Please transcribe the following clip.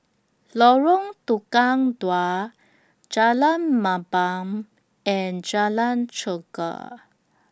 Lorong Tukang Dua Jalan Mamam and Jalan Chegar